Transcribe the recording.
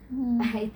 mm